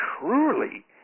truly